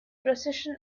procession